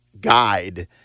guide